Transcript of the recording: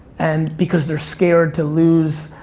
and, because they're scared to lose,